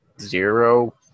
Zero